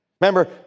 Remember